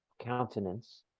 countenance